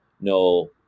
no